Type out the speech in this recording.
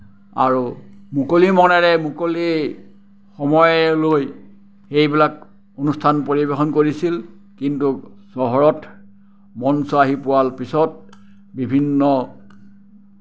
আৰু মুকলি মনেৰে মুকলি সময় লৈ এইবিলাক অনুস্থান পৰিৱেশন কৰিছিল কিন্তু চহৰত মঞ্চ আহি পোৱাৰ পিছত বিভিন্ন